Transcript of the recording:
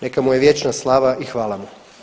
Neka mu je vječna slava i hvala mu!